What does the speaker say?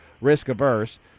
risk-averse